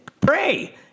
pray